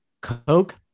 Coke